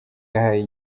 yahaye